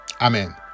amen